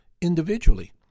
individually